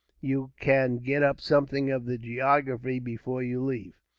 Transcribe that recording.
you can get up something of the geography before you leave.